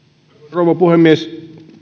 rouva puhemies